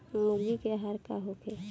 मुर्गी के आहार का होखे?